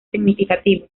significativo